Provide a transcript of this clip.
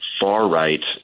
far-right